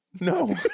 No